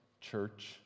church